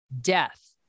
Death